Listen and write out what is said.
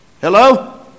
Hello